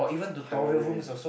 tiring